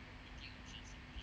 mm mm mm